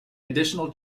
additional